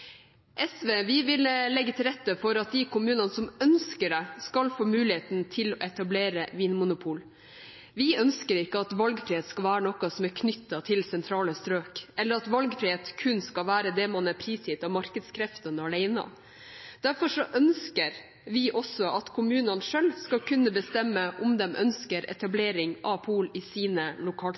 SV vil legge til rette for at de kommunene som ønsker det, skal få muligheten til å etablere vinmonopol. Vi ønsker ikke at valgfrihet skal være noe som er knyttet til sentrale strøk, eller at valgfrihet kun skal være prisgitt markedskreftene alene. Derfor ønsker vi også at kommunene selv skal kunne bestemme om de ønsker etablering av pol i sine